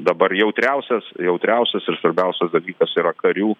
dabar jautriausias jautriausias ir svarbiausias dalykas yra karių